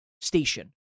station